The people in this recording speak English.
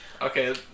Okay